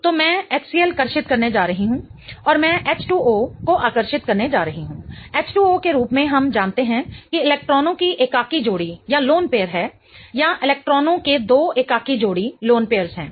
तो मैं HCl कर्षित करने जा रही हूं और मैं H2O को आकर्षित करने जा रही हूं H2O के रूप में हम जानते हैं कि इलेक्ट्रॉनों की एकाकी जोड़ी है या इलेक्ट्रॉनों के दो एकाकी जोड़ी हैं